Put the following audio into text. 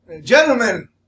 Gentlemen